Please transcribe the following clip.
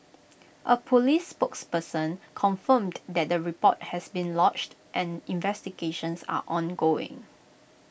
A Police spokesperson confirmed that the report has been lodged and investigations are ongoing